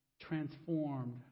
transformed